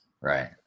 Right